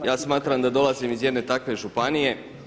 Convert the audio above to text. Ja smatram da dolazim iz jedne takve županije.